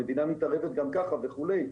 המדינה מתערבת גם ככה וכולי,